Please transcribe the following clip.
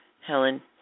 Helen